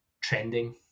trending